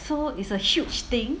so it's a huge thing